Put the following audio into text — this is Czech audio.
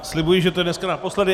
Slibuji, že to je dneska naposledy.